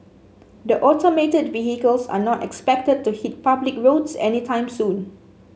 the automated vehicles are not expected to hit public roads anytime soon